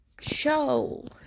show